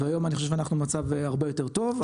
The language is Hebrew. והיום אני חושב שאנחנו במצב הרבה יותר טוב,